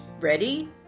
Ready